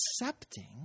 accepting